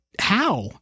how